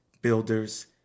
builders